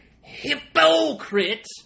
hypocrite